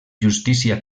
justícia